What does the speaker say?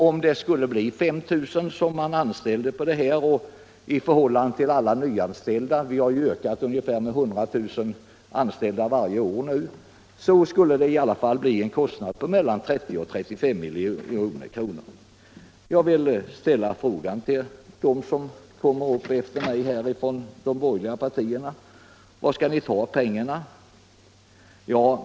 Om det skulle bli 5 000 personer som man anställde på detta sätt, så skulle det i alla fall bli en kostnad på mellan 30 och 35 milj.kr. Vi har ju ökat med ungefär 100 000 varje år. Jag vill fråga dem från de borgerliga partierna som skall tala här efter mig: Var skall vi ta pengarna?